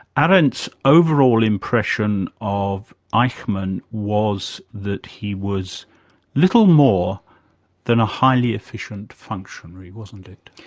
arendt's overall impression of eichmann was that he was little more than a highly efficient functionary, wasn't it?